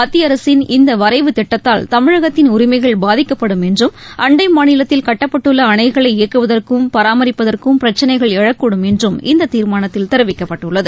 மத்திய அரசின் இந்த வரைவுத்திட்டத்தால் தமிழகத்தின் உரிமைகள் பாதிக்கப்படும் என்றும் அண்டை மாநிலத்தில் கட்டப்பட்டுள்ள அணைகளை இயக்குவதற்கும் பராமரிப்பதற்கும் பிரச்சினைகள் எழக்கூடும் என்று இந்த தீர்மானத்தில தெரிவிக்கப்பட்டுள்ளது